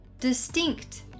Distinct